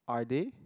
are they